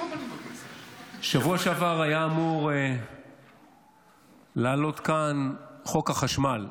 בשבוע שעבר היה אמור לעלות כאן חוק החשמל,